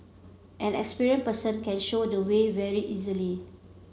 an experienced person can show the way very easily